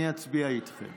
אני אצביע איתכם